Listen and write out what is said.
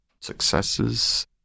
successes